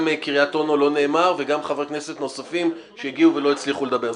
וגם קרית אונו לא נאמר וגם חברי כנסת נוספים שהגיעו ולא הצליחו לדבר.